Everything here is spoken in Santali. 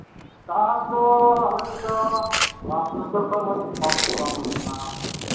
ᱪᱟᱥ ᱫᱚ ᱟᱞᱮ ᱥᱮᱫ ᱫᱚ ᱵᱟᱨᱯᱮ ᱵᱚᱪᱷᱚᱨ ᱠᱷᱚᱱ ᱫᱚ ᱪᱟᱥᱜᱮ ᱵᱟᱝ ᱦᱩᱭ ᱠᱟᱱᱟ